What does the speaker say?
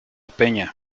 peña